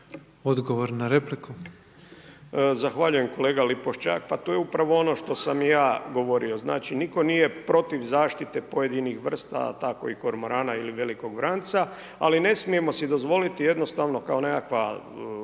Damir (HDZ)** Zahvaljujem. Kolega Lipošćak, pa to je upravo ono što sam ja govorio. Znači, nitko nije protiv zaštite pojedinih vrsta a tako i kormorana ili velikog vranca ali ne smijemo si dozvoliti jednostavno kao nekakva